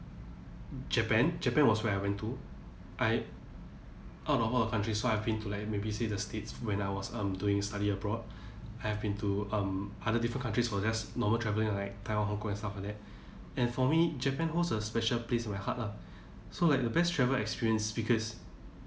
japan japan was where I went to I out of all the countries I've been to like maybe say the states when I was um doing study abroad I have been to um other different countries for just normal travelling like taiwan hong kong and stuff like that and for me japan holds a special place in my heart lah so like the best travel experience because